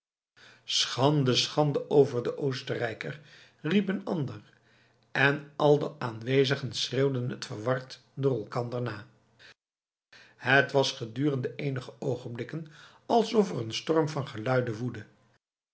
schande schande over den oostenrijker riep een ander en al de aanwezigen schreeuwden het verward door elkander na het was gedurende eenige oogenblikken alsof er een storm van geluiden woedde